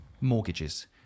Mortgages